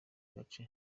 gace